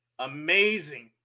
Amazing